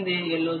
ஓ